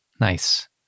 Nice